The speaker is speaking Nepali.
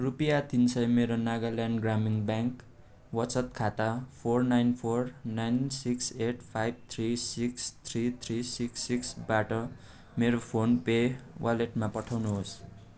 रुपियाँ तिन सय मेरो नागाल्यान्ड ग्रामीण ब्याङ्क वचत खाता four nine four nine six eight five three six three three six सिक्सबाट मेरो फोन पे वालेटमा पठाउनुहोस्